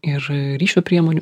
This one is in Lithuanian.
ir ryšio priemonių